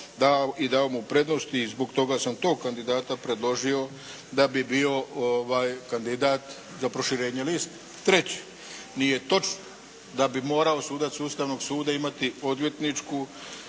dao mu prednosti i zbog toga sam tog kandidata predložio da bi bio kandidat za proširenje liste. Treće. Nije točno da bi morao sudac Ustavnog suda morao imati odvjetničku